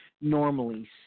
normally